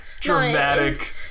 dramatic